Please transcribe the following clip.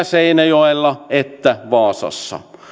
seinäjoella että vaasassa